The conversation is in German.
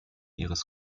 ihres